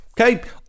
Okay